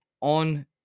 on